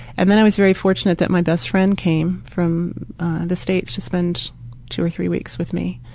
and then i was very fortunate that my best friend came from the states to spend two or three weeks with me.